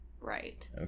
right